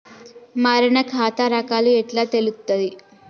మారిన ఖాతా రకాలు ఎట్లా తెలుత్తది?